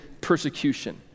persecution